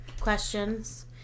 questions